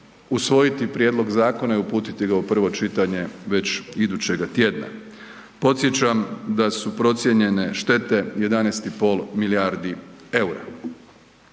usvojiti prijedlog zakona i uputiti ga u prvo čitanje već idućega tjedna. Podsjećam da su procijenjene štete 11,5 milijardi eura.